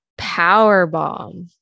Powerbomb